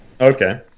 Okay